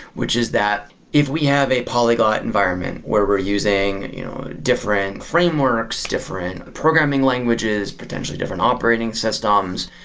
which is that if we have a polyglot environment where we're using different frameworks, different programming languages, potentially different operating systems,